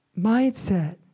Mindset